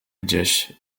gdzieś